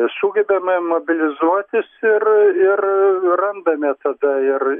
sugebame mobilizuotis ir ir randame tada ir